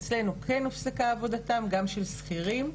אצלנו כן הופסקה עבודתם גם של שכירים.